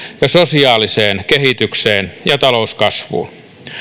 ja sosiaaliseen kehitykseen ja talouskasvuun